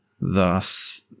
thus